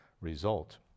result